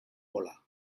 volar